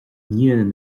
ndiaidh